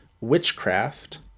Witchcraft